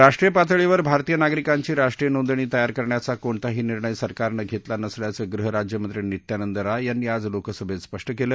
राष्ट्रीय पातळीवर भारतीय नागरिकांची राष्ट्रीय नोंदणी तयार करण्याचा कोणताही निर्णय सरकारनं घेतला नसल्याचं गृह राज्यमंत्री नित्यानंद राय यांनी आज लोकसभेत स्पष्ट केलं